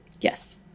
Yes